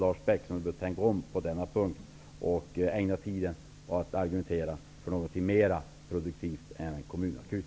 Lars Bäckström får tänka om på den punkten och ägna tiden åt att argumentera för någonting mer produktivt än en kommunakut.